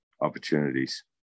opportunities